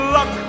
Luck